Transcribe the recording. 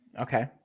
Okay